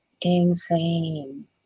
insane